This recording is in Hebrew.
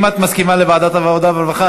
אם את מסכימה לוועדת העבודה והרווחה,